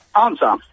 Answer